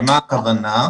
למה הכוונה?